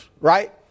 right